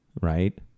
right